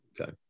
Okay